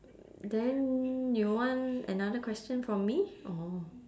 then you want another question from me orh